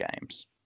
games